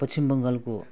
पश्चिम बङ्गालको